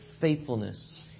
faithfulness